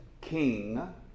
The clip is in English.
king